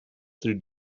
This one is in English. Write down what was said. through